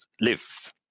live